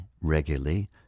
regularly